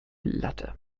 latte